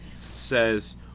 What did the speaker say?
says